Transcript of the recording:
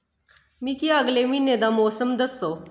मिगी अगले म्हीने दा मौसम दस्सो